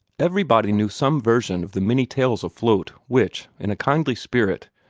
everybody knew some version of the many tales afloat which, in a kindly spirit,